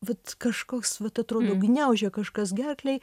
vat kažkoks vat atrodo gniaužia kažkas gerklei